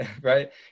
right